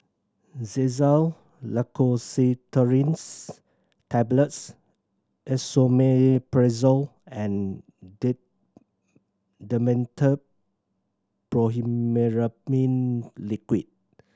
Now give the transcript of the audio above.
Xyzal Levocetirizine Tablets Esomeprazole and Dimetapp Brompheniramine Liquid